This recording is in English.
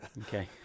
okay